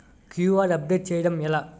QR update చేయడం ఎలా?